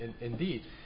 indeed